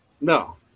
No